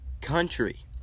country